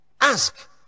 Ask